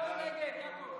סעיפים 1 20 נתקבלו.